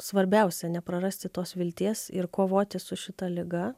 svarbiausia neprarasti tos vilties ir kovoti su šita liga